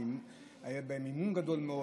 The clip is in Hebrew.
היה בהם אמון גדול מאוד,